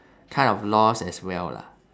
kind of lost as well lah